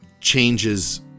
changes